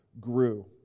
grew